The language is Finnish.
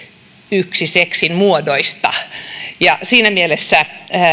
yksi seksin muodoista siinä mielessä